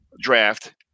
draft